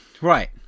Right